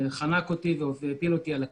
חנק אותי והפיל אותי על הכביש.